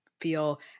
feel